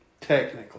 Technically